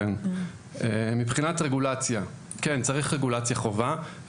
מבחינת רגולציה כן, צריך רגולציה חובה.